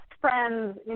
friends